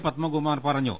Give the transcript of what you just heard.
പത്മകുമാർ പറഞ്ഞു